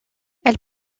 elle